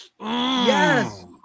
Yes